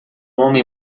homem